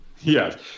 Yes